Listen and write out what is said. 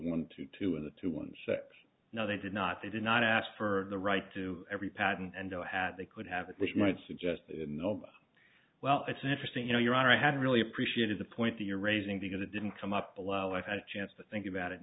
one to two of the two ones no they did not they did not ask for the right to every patent and no had they could have which might suggest well it's interesting you know your honor i haven't really appreciated the point that you're raising because it didn't come up below i've had a chance to think about it